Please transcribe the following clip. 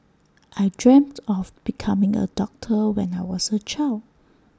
I dreamt of becoming A doctor when I was A child